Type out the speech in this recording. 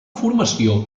formació